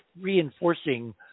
reinforcing